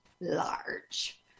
large